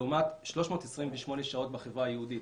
לעומת 328 שעות בחברה היהודית.